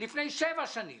לפני שבע שנים